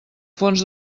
fons